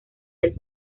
del